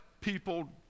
people